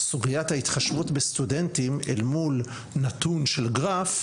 סוגיית ההתחשבות בסטודנטים אל מול נתון של גרף,